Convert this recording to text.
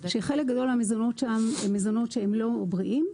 שחלק גדול מהמזונות שם הם מזונות שהם לא בריאים,